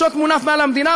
השוט מונף מעל המדינה,